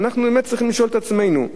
ואנחנו באמת צריכים לשאול את עצמנו,